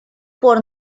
пор